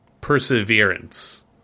perseverance